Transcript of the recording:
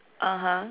(uh huh)